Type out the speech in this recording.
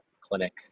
clinic